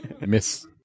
miss